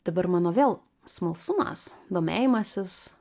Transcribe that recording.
dabar mano vėl smalsumas domėjimasis